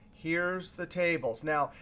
here's the tables. now,